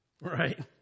Right